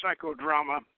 psychodrama